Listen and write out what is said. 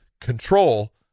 control